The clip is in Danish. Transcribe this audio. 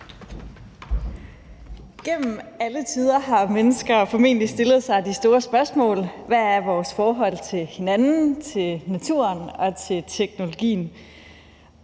Gennem alle tider har mennesker formentlig stillet sig de store spørgsmål: Hvad er vores forhold til hinanden, til naturen og til teknologien?